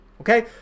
Okay